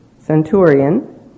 centurion